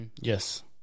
Yes